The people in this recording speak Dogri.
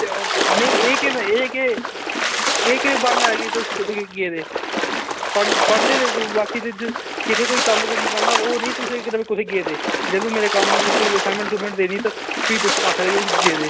ते नेईं एह् केह् बे एह् केह् एह् केह् ब्हान्ना ऐ के तुस कुतै गी गेदे पढ़न पढ़दे बाकी जेह्दे च क कितै कोई कम्म कुम्म करना होऐ ओह् निं तुसें ई कुतै ई गेदे जदूं मेरे कम्म मतलब कोई असाइनमैंट असूइनमैंट देनी ते भी तुस आखदे कि तु गेदे